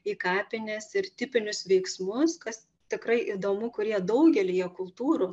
į kapines ir tipinius veiksmus kas tikrai įdomu kurie daugelyje kultūrų